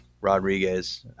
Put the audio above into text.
rodriguez